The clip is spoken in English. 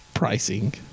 Pricing